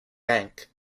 bank